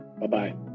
Bye-bye